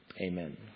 amen